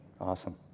Awesome